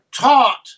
taught